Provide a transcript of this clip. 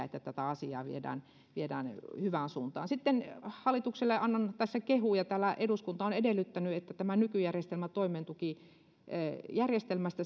että tätä asiaa viedään viedään hyvään suuntaan sitten hallitukselle annan tässä kehuja täällä eduskunta on edellyttänyt että tämä nykyjärjestelmä toimeentulotukijärjestelmästä